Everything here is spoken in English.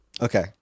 Okay